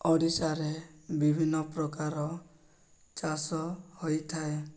ଓଡ଼ିଶାରେ ବିଭିନ୍ନ ପ୍ରକାର ଚାଷ ହୋଇଥାଏ